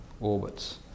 orbits